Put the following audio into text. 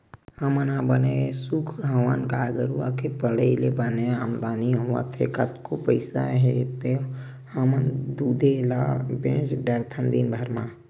हमन ह बने खुस हवन गाय गरुचा के पलई ले बने आमदानी होवत हे कतको पइसा के तो हमन दूदे ल बेंच डरथन दिनभर म